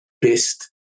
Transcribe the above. best